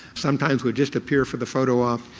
sometimes would just appear for the photo op.